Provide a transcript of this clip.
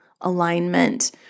alignment